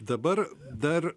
dabar dar